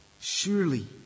surely